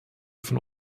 von